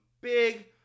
big